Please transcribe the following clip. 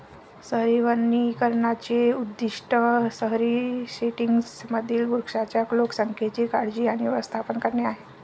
शहरी वनीकरणाचे उद्दीष्ट शहरी सेटिंग्जमधील वृक्षांच्या लोकसंख्येची काळजी आणि व्यवस्थापन करणे आहे